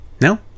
No